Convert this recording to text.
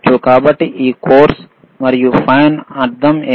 కాబట్టి ఈ కోర్సు మరియు ఫైన్ అర్థం ఏమిటి